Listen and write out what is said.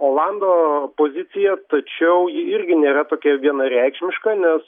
olando pozicija tačiau ji irgi nėra tokia vienareikšmiška nes